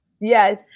yes